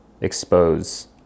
expose